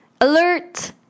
Alert